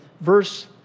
verse